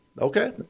Okay